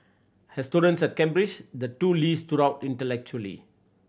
as students at Cambridge the two Lees stood out intellectually